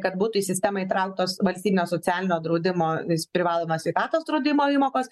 kad būtų į sistemą įtrauktos valstybinio socialinio draudimo vis privalomą sveikatos draudimo įmokos